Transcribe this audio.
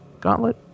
gauntlet